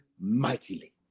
mightily